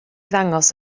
ddangos